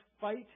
fight